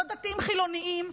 לא דתיים חילונים,